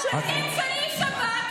סליחה, אם היא דיברה עליי,